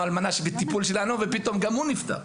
אלמנה שבטיפול שלנו ופתאום גם הוא נפטר.